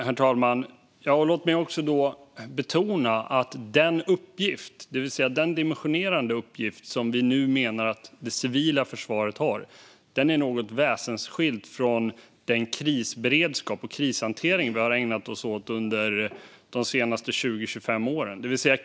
Herr talman! Låt mig betona att den dimensionerande uppgift som vi nu menar att det civila försvaret har är väsensskild från den krisberedskap och krishantering man ägnat sig åt under de senaste 20-25 åren.